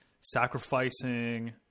sacrificing